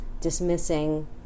dismissing